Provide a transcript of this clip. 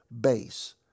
base